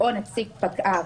-- או נציג פקע"ר,